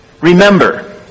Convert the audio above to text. Remember